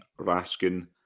Raskin